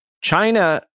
China